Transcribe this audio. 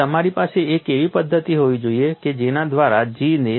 એટલે તમારી પાસે એક એવી પદ્ધતિ હોવી જોઈએ કે જેના દ્વારા G